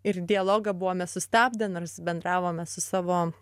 ir dialogą buvome sustabdę nors bendravome su savo